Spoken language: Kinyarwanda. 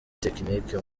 tekinike